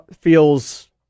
feels